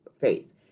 faith